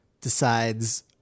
decides